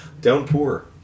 Downpour